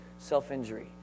self-injury